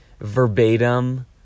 verbatim